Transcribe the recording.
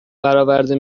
براورده